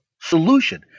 solution